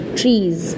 trees